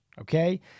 okay